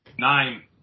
Nine